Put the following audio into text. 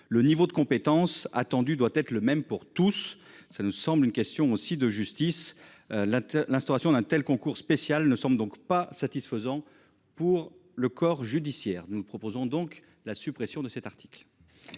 Le niveau de compétence attendu doit être le même pour tous, ça ne semble une question aussi de justice la l'instauration d'un tel concours spécial ne sommes donc pas satisfaisant pour le corps judiciaire. Nous proposons donc la suppression de cet article.